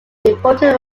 important